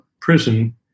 prison